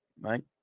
Right